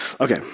Okay